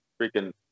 freaking